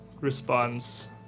responds